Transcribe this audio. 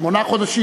שמונה חודשים,